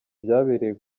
byabereye